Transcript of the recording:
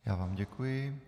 Já vám děkuji.